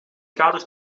kader